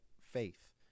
faith